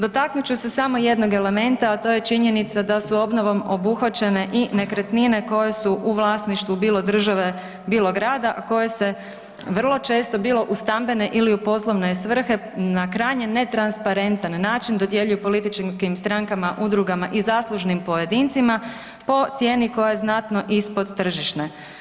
Dotaknut ću se samo jednog elementa a to je činjenica da su obnovom obuhvaćene i nekretnine koje su u vlasništvu bilo države bilo grada a koje se vrlo često bilo u stambene ili u poslovne svrhe na krajnje netransparentan način dodjeljuju političkim strankama, udrugama i zaslužnim pojedincima po cijeni koja je znatno ispod tržišne.